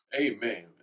Amen